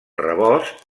rebost